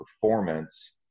performance